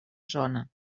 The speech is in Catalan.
zona